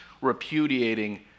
repudiating